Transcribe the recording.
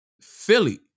Philly